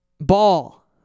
Ball